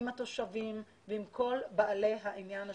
עם התושבים ועם כל בעלי העניין השונים.